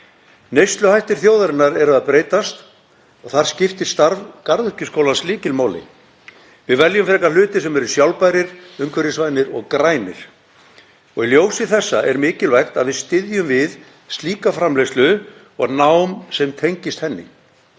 Neysluhættir þjóðarinnar eru að breytast. Þar skiptir starf garðyrkjuskólans lykilmáli. Við veljum frekar hluti sem eru sjálfbærir, umhverfisvænir og grænir. Í ljósi þessa er mikilvægt að við styðjum við slíka framleiðslu og nám sem tengist henni.